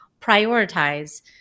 prioritize